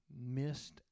missed